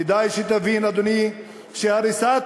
כדאי שתבין, אדוני, שהריסת